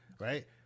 right